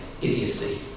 idiocy